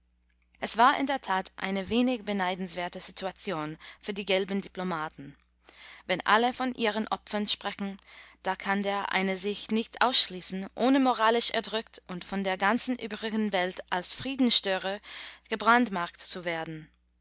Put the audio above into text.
es war in der tat eine wenig beneidenswerte situation für die gelben diplomaten wenn alle von ihren opfern sprechen da kann der eine sich nicht ausschließen ohne moralisch erdrückt und von der ganzen übrigen welt als friedensstörer gebrandmarkt zu werden